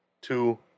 Two